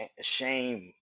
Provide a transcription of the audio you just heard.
Shame